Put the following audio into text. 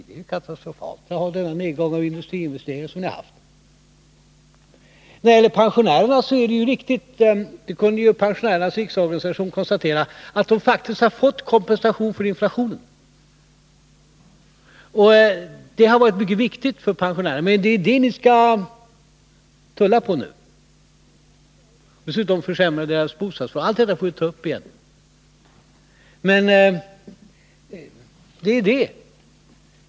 Det är ju katastrofalt att ha den nedgång av industriinvesteringarna som vi haft i vårt land. När det gäller pensionärerna är det riktigt — det kunde ju Pensionärernas riksorganisation konstatera — att de faktiskt har fått kompensation för inflationen. Det har varit mycket viktigt för pensionärerna. Men det är ju detta ni skall tulla på nu, och dessutom vill ni försämra pensionärernas bostadsförhållanden. Allt detta får vi ta upp igen.